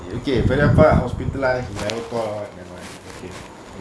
you okay பெரியப்பா:periyappa hospital lah he never call over never mind okay